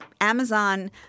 Amazon